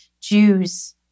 Jews